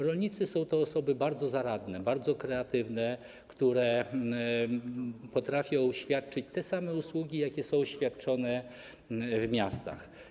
Rolnicy są to osoby bardzo zaradne, bardzo kreatywne, które potrafią świadczyć te same usługi, jakie są świadczone w miastach.